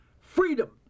Freedom